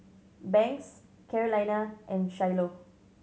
Banks Carolina and Shiloh